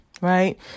right